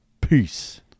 Peace